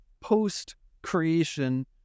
post-creation